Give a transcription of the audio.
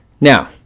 Now